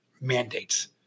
mandates